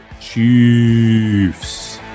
Chiefs